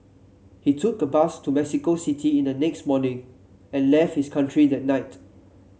he took a bus to Mexico City in the next morning and left his country that night